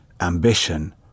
ambition